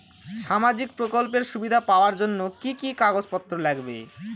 সামাজিক প্রকল্পের সুবিধা পাওয়ার জন্য কি কি কাগজ পত্র লাগবে?